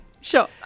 Sure